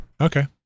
Okay